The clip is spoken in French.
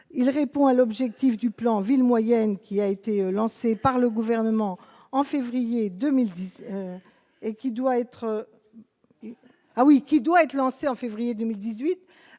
il répond à l'objectif du plan villes moyennes qui a été lancé par le gouvernement en février 2010 et qui doit être ah oui, qui